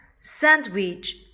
Sandwich